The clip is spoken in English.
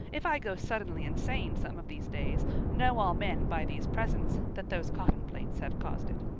if i go suddenly insane some of these days know all men by these presents that those coffin-plates have caused it.